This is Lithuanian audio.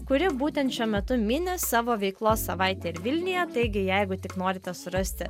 kuri būtent šiuo metu mini savo veiklos savaitę ir vilniuje taigi jeigu tik norite surasti